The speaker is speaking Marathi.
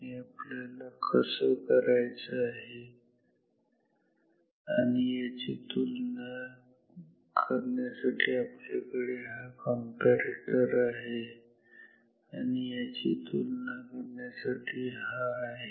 हे आपल्याला करायचं आहे आणि याची तुलना करण्यासाठी आपल्याकडे हा कंपॅरेटर आहे आणि याची तुलना करण्यासाठी हा आहे